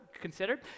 considered